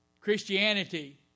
Christianity